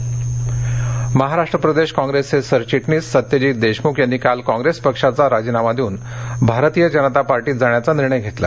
पक्षांतर सांगली महाराष्ट्र प्रदेश काँग्रेसचे सरचिटणीस सत्यजित देशमुख यांनी काल काँग्रेस पक्षाचा राजीनामा देऊन भारतीय जनता पक्षात जाण्याचा निर्णय घेतला